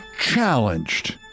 challenged